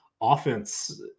offense